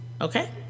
Okay